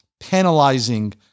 Penalizing